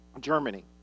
Germany